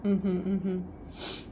mmhmm mmhmm